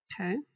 Okay